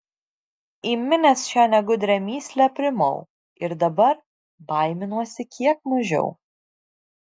įminęs šią negudrią mįslę aprimau ir dabar baiminuosi kiek mažiau